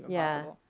yeah,